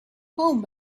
home